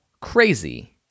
Crazy